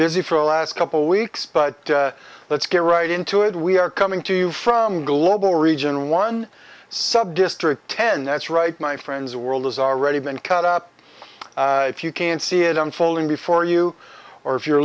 busy for a last couple weeks but let's get right into it we are coming to you from global region one subdistrict ten that's right my friends world has already been cut up if you can't see it unfolding before you or if your